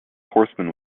horsemen